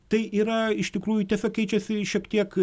tai yra iš tikrųjų tiesa keičiasi šiek tiek